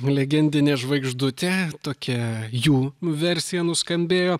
legendinė žvaigždutė tokia jų versija nuskambėjo